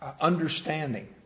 understanding